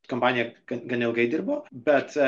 kompanija gan ilgai dirbo bet